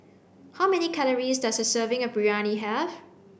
How many calories does a serving of Biryani have